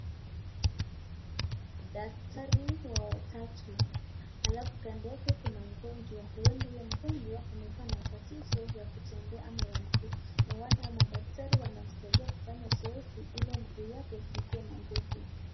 Daktari watatu alafu kando yake kuna mgonjwa huenda huyo mgonjwa amekuwa na tatizo kutembea ama ya mguu, naona madaktari wanamsaidia kufanya zoezi ili mguu yake ikuwe na nguvu.